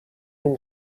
اون